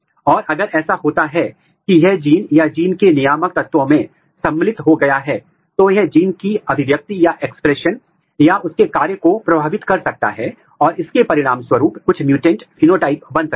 तो अगली विधि जिसका उपयोग टेंपोरल और स्पेशियल जीन अभिव्यक्ति की निगरानी के लिए किया जा रहा है वह प्रमोटर रिपोर्टर ऐसे है